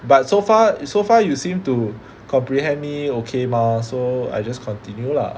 but so far so far you seem to comprehend me okay mah so I just continue lah